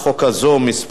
ממשיכים